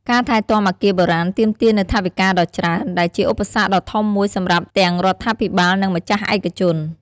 ការថែទាំអគារបុរាណទាមទារនូវថវិកាដ៏ច្រើន ដែលជាឧបសគ្គដ៏ធំមួយសម្រាប់ទាំងរដ្ឋាភិបាល និងម្ចាស់ឯកជន។